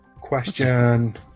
Question